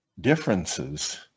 differences